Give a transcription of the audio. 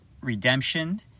redemption